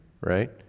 right